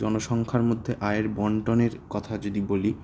জনসংখ্যার মধ্যে আয়ের বন্টনের কথা যদি বলি